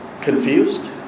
confused